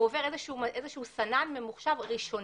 הוא עובר איזשהו סנן ממוחשב ראשוני.